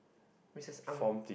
Mrs Ng